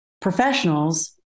professionals